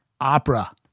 Opera